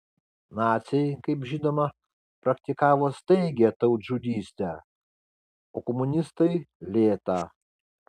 naciai kaip žinoma praktikavo staigią tautžudystę o komunistai lėtą